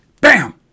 bam